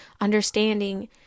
understanding